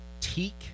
teak